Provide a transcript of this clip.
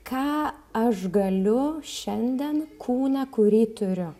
ką aš galiu šiandien kūną kurį turiu